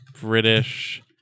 British